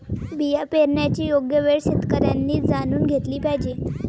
बिया पेरण्याची योग्य वेळ शेतकऱ्यांनी जाणून घेतली पाहिजे